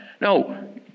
No